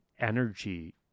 energy